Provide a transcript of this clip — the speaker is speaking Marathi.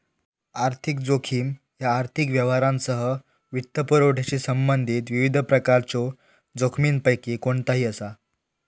आर्थिक जोखीम ह्या आर्थिक व्यवहारांसह वित्तपुरवठ्याशी संबंधित विविध प्रकारच्यो जोखमींपैकी कोणताही असा